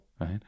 right